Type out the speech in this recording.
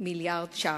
מיליארד ש"ח.